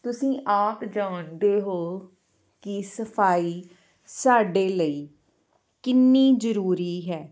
ਤੁਸੀਂ ਆਪ ਜਾਣਦੇ ਹੋ ਕਿ ਸਫਾਈ ਸਾਡੇ ਲਈ ਕਿੰਨੀ ਜ਼ਰੂਰੀ ਹੈ